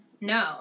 No